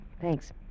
Thanks